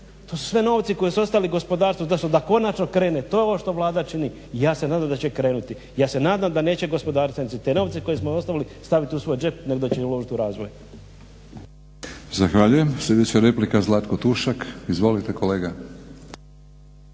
To su sve novci koji su ostali gospodarstvu da konačno krene. To je ovo što Vlada čini. I ja se nadam da će krenuti. Ja se nadam da neće gospodarstvenici te novce koje smo ostavili staviti u svoj džep nego da će ih uložiti u razvoj.